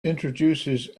introduces